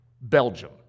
Belgium